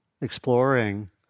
exploring